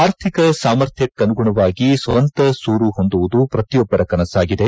ಆರ್ಥಿಕ ಸಾಮರ್ಥ್ಯಕ್ಷನುಗುಣವಾಗಿ ಸ್ತಂತ ಸೂರು ಹೊಂದುವುದು ಪ್ರತಿಯೊಬ್ಲರ ಕನಸಾಗಿದೆ